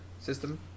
system